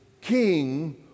king